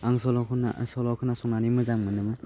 आं सल' खन्ना सल' खोनासंनानै मोजां मोनोमोन